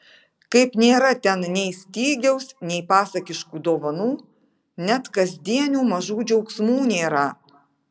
kaip nėra ten nei stygiaus nei pasakiškų dovanų net kasdienių mažų džiaugsmų nėra